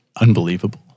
unbelievable